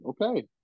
okay